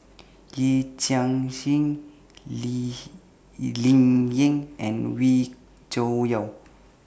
Yee Chia Hsing Lee Ling Yen and Wee Cho Yaw